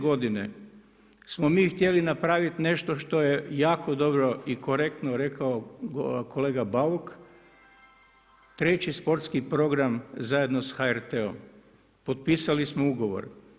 godine smo mi htjeli napraviti nešto što je jako dobro i korektno rekao kolega Bauk, treći sportski program zajedno sa HRT-om, potpisali smo ugovor.